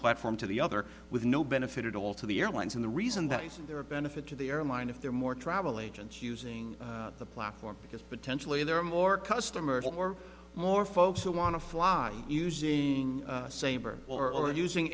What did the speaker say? platform to the other with no benefit at all to the airlines in the reason that isn't there a benefit to the airline if they're more travel agents using the platform because potentially there are more customers or more folks who want to fly using saber or are using